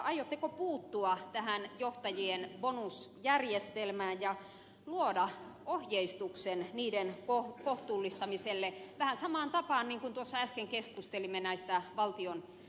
aiotteko puuttua tähän johtajien bonusjärjestelmään ja luoda ohjeistuksen niiden kohtuullistamiselle vähän samaan tapaan kuin äsken keskustelimme valtionyhtiöiden johtajien palkkioista